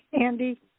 Andy